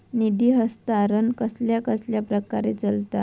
निधी हस्तांतरण कसल्या कसल्या प्रकारे चलता?